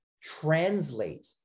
translate